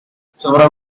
several